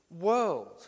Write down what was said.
world